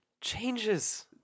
changes